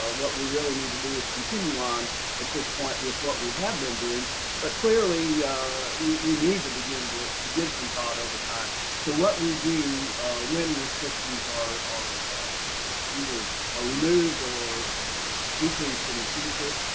ah what we really need to do is continue on at this point with what we have been doing but clearly we we need to begin to to give some thought over time to what we do when restrictions are are either ah removed or or decreased in the future.